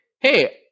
hey